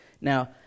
Now